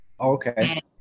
Okay